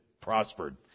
prospered